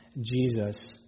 Jesus